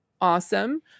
awesome